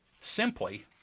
simply